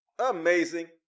Amazing